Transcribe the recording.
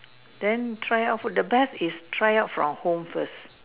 then try out for the best is try out from home first